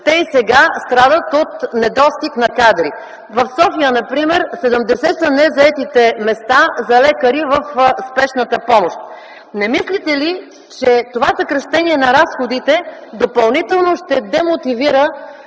те и сега страдат от недостиг на кадри. Например в София незаетите места за лекари в спешната помощ са 70. Не мислите ли, че това съкращение на разходите допълнително ще демотивира